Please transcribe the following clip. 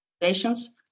patients